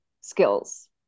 skills